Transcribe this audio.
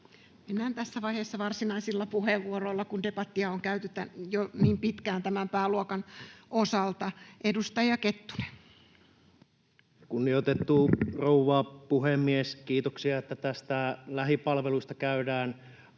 Mennään tässä vaiheessa varsinaisilla puheenvuoroilla, kun debattia on käyty jo niin pitkään tämän pääluokan osalta. — Edustaja Kettunen. [Speech 206] Speaker: Tuomas Kettunen Party: